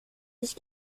sich